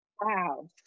Wow